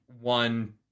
one